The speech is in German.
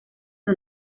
nur